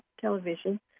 television